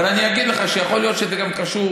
אבל אני אגיד לך שיכול להיות שזה גם קשור,